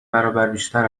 برابربیشتر